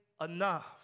enough